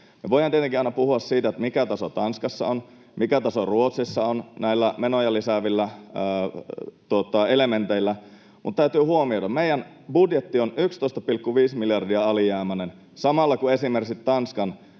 voidaan tietenkin aina puhua siitä, mikä taso Tanskassa on ja mikä taso Ruotsissa on näillä menoja lisäävillä elementeillä, mutta täytyy huomioida, että meidän budjettimme on 11,5 miljardia alijäämäinen, samalla kun esimerkiksi Tanskan